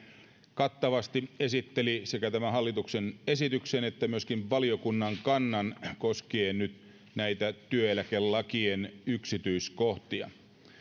kattavasti esitteli sekä tämän hallituksen esityksen että myöskin valiokunnan kannan koskien näitä työeläkelakien yksityiskohtia